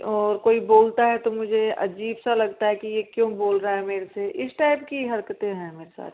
और कोई बोलता है तो मुझे अजीब सा लगता है कि ये क्यों बोल रहा है मुझसे इस टाइप की हरकते हैं मेरे साथ